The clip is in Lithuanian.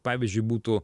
pavyzdžiui būtų